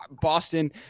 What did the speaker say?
Boston